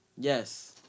Yes